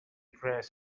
press